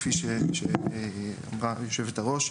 כפי שאמרה היושבת-ראש,